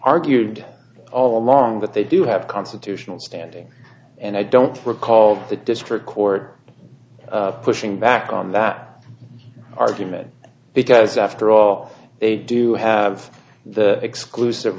argued all along that they do have constitutional standing and i don't recall the district court pushing back on that argument because after all they do have the exclusive